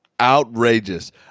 Outrageous